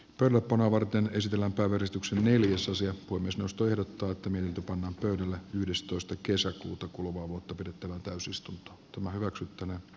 törmätä varten kysellä kaveristuksen eli jos asia kuin suostu irrottautuminen tupon torilla yhdestoista kesäkuuta kuluvaa vuotta pidettävään täysistunto tumma hyväksyttynä